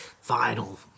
final